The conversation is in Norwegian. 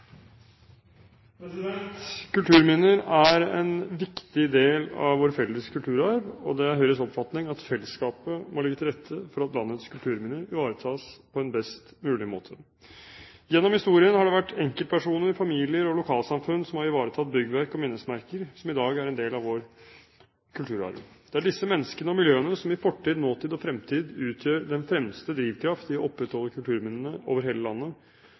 en viktig del av vår felles kulturarv, og det er Høyres oppfatning at fellesskapet må legge til rette for at landets kulturminner ivaretas på en best mulig måte. Gjennom historien har det vært enkeltpersoner, familier og lokalsamfunn som har ivaretatt byggverk og minnesmerker som i dag er en del av vår kulturarv. Det er disse menneskene og miljøene som i fortid, nåtid og fremtid utgjør den fremste drivkraft i å opprettholde kulturminnene over hele landet,